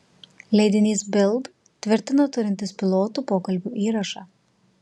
leidinys bild tvirtina turintis pilotų pokalbių įrašą